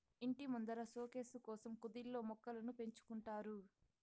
ఇంటి ముందర సోకేసు కోసం కుదిల్లో మొక్కలను పెంచుకుంటారు